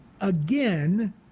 again